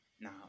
Now